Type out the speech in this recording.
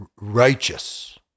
righteous